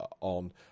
on